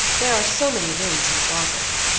there are so many rooms and closets,